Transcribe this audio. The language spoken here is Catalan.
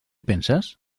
penses